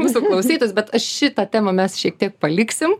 mūsų klausytojus bet aš šitą temą mes šiek tiek paliksim